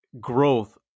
growth